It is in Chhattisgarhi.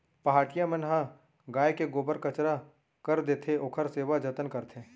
पहाटिया मन ह गाय के गोबर कचरा कर देथे, ओखर सेवा जतन करथे